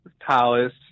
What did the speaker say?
Palace